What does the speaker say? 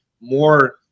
more